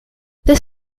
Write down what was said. this